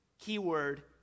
keyword